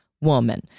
woman